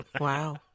Wow